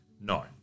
No